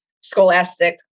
scholastic